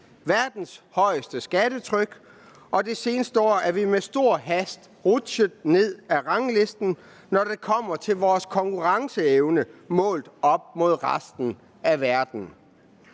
verdens højeste skattetryk, og det seneste år er vi med stor hast rutsjet ned ad ranglisten, når det kommer til vores konkurrenceevne målt i forhold til resten af verden.